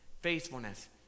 faithfulness